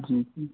जी जी